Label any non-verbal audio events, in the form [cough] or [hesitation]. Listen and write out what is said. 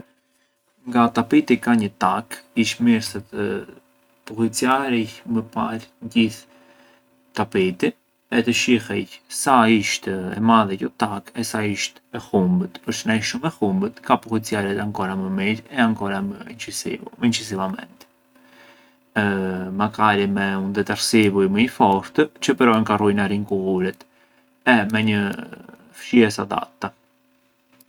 Nga tapiti ka një takë, ish mirë sa të pullicjarej më parë gjith tapiti e të shihej sa isht e madhe qo takë e sa isht e humbët, përçë na isht shumë e humbët ka pullicjaret ancora më mirë e ancora më incisiv- incisivamenti, [hesitation] makari me un detersivu më i fort çë però ngë ka rruinarënj kulluret e me një fshiesë adatta.